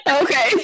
Okay